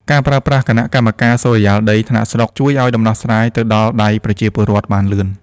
ការប្រើប្រាស់ "គណៈកម្មការសុរិយោដី" ថ្នាក់ស្រុក ជួយឱ្យដំណោះស្រាយទៅដល់ដៃប្រជាពលរដ្ឋបានលឿន។